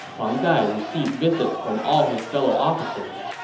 huang gai received visits from all his fellow officers.